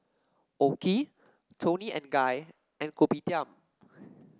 OKI Toni and Guy and Kopitiam